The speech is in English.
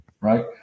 right